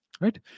right